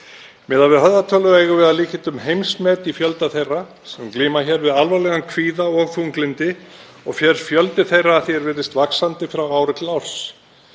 Miðað við höfðatölu eigum við að líkindum heimsmet í fjölda þeirra sem glíma við alvarlegan kvíða og þunglyndi og fer fjöldi þeirra að því er virðist vaxandi frá ári til árs.